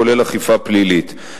כולל אכיפה פלילית,